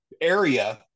area